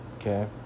Okay